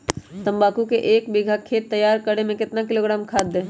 तम्बाकू के एक बीघा खेत तैयार करें मे कितना किलोग्राम खाद दे?